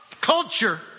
culture